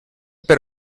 per